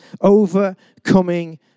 overcoming